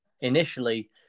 initially